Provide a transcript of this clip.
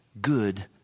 good